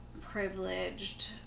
privileged